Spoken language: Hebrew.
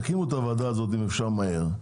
תקימו את הוועדה הזאת אם אפשר מהר.